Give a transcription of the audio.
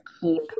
keep